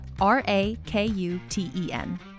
R-A-K-U-T-E-N